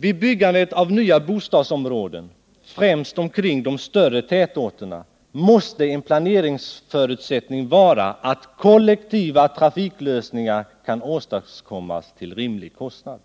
Vid byggandet av nya bostadsområden, främst omkring de större tätorterna, måste en planeringsförutsättning vara att kollektiva trafiklösningar kan åstadkommas till rimlig kostnad.